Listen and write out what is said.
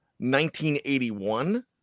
1981